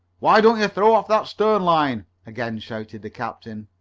why don't you throw off that stern line? again shouted the captain.